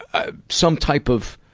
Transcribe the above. ah, some type of,